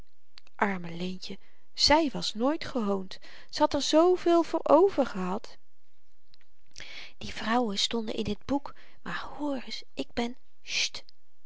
arme leentje zy was nooit gehoond ze had er zooveel voor over gehad die vrouwen stonden in t boek maar hoor eens ik ben